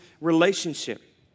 relationship